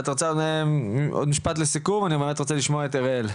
את רוצה עוד משפט לסיכום או שאת רוצה שנשמע את אראל?